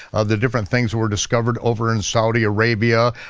of the different things were discovered over in saudi arabia.